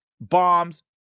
bombs